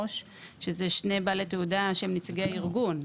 שזה שני בעלי תעודה שהם נציגי ארגון.